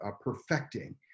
perfecting